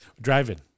Driving